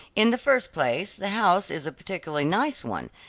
in the first place the house is a particularly nice one,